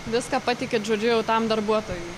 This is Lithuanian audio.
viską patikit žodžiu jau tam darbuotojui